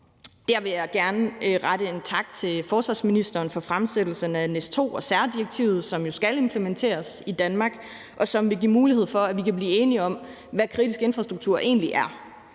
Der vil jeg gerne rette en tak til forsvarsministeren for fremsættelsen af NIS2, særdirektivet, som jo skal implementeres i Danmark, og som vil give mulighed for, at vi kan blive enige om, hvad kritisk infrastruktur egentlig er.